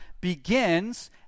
begins